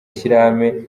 ishyirahamwe